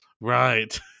right